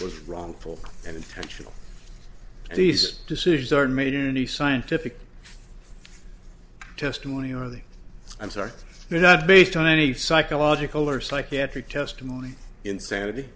was wrongful and intentional these decisions aren't made in any scientific testimony or i'm sorry they're not based on any psychological or psychiatric testimony insanity